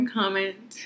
comment